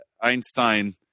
einstein